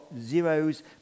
zeros